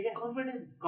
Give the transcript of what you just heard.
confidence